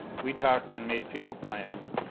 we talked, and made futile plans.